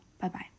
bye-bye